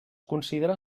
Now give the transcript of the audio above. considera